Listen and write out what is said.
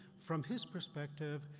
from his perspective,